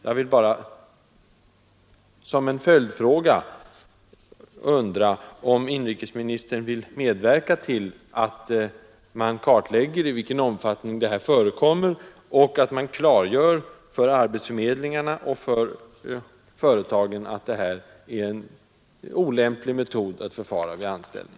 Jag vill bara ställa den följdfrågan till inrikesministern, om han vill medverka till att det kartläggs i vilken utsträckning frågor av den här typen förekommer, och att det klargörs för arbetsförmedlingarna och företagen att det är olämpligt att tillämpa denna metod vid anställning.